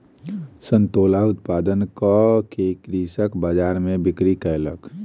संतोला उत्पादन कअ के कृषक बजार में बिक्री कयलक